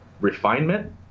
refinement